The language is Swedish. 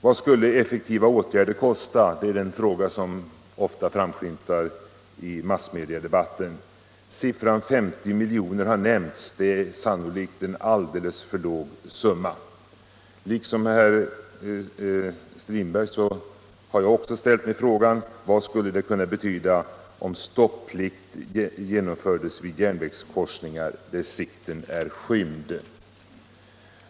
Vad skulle effektiva åtgärder kosta? Det är en fråga som ofta framskymtar i massmediadebatten. Siffran 50 milj.kr. har nämnts. Det är Om ökad säkerhet Om ökad säkerhet sannolikt en alldeles för låg summa. Liksom herr Strindberg har jag ställt mig frågan: Vad skulle det kunna betyda om stopplikt infördes vid järnvägskorsningar där sikten är skymd?